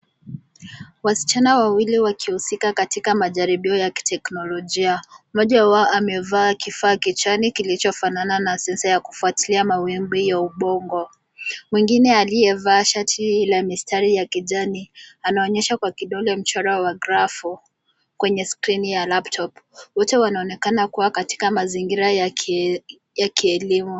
Wasichana wawili wakihusika katika majaribio ya kiteknolojia. Mmoja wao amevaa kifaa kichwani kilichofanana na sensa ya kufuatilia mawimbi ya ubongo. Mwingine aliyevaa shati la mistari ya kijani anaonyesha kwa kidole mchoro wa grafu kwenye skrini ya laptop . Wote wanaonekana kuwa katika mazingira ya kielimu.